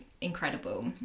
incredible